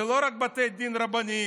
זה לא רק בתי דין רבניים.